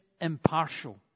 impartial